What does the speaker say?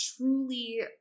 truly